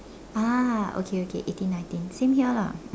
ah okay okay eighteen nineteen same here lah